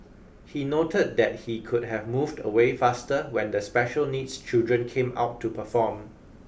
he noted that he could have moved away faster when the special needs children came out to perform